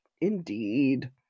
indeed